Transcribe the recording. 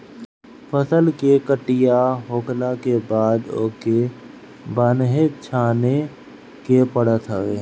फसल के कटिया होखला के बाद ओके बान्हे छाने के पड़त हवे